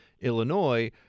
Illinois